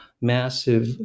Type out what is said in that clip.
massive